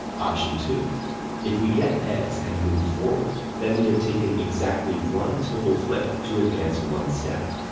option two if we get heads and move forward, then we have taken exactly one total flip to advance one step.